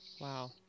Wow